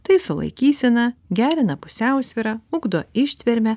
taiso laikyseną gerina pusiausvyrą ugdo ištvermę